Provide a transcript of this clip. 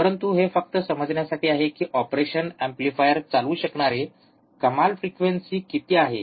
परंतु हे फक्त समजण्यासाठी आहे की ऑपरेशनल एम्प्लीफायर चालवू शकणारी कमाल फ्रिक्वेंसी किती आहे